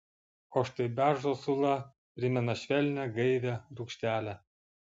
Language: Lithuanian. o štai beržo sula primena švelnią gaivią rūgštelę